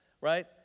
right